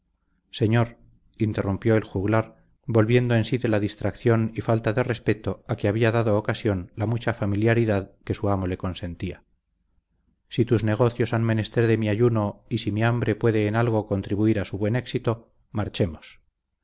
señor interrumpió el juglar volviendo en sí de la distracción y falta de respeto a que había dado ocasión la mucha familiaridad que su amo le consentía si tus negocios han menester de mi ayuno y si mi hambre puede en algo contribuir a su buen éxito marchemos